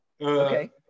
Okay